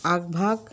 আগভাগ